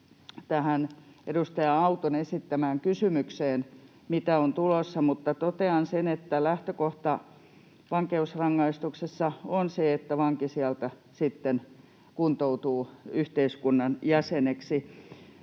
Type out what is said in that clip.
edustaja Auton esittämään kysymykseen siitä, mitä on tulossa, mutta totean sen, että lähtökohta vankeusrangaistuksessa on se, että vanki sieltä sitten kuntoutuu yhteiskunnan jäseneksi.